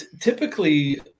Typically